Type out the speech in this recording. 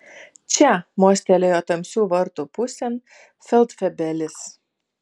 čia mostelėjo tamsių vartų pusėn feldfebelis